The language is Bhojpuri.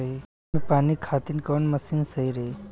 सब्जी में पानी खातिन कवन मशीन सही रही?